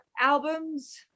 albums